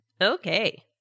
Okay